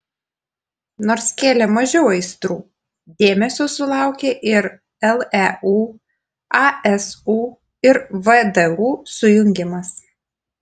nors kėlė mažiau aistrų dėmesio sulaukė ir leu asu ir vdu sujungimas